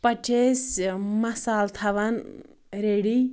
پَتہٕ چھِ أسۍ مثال تھاوان ریڈِی